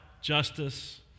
justice